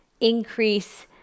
increase